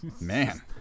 man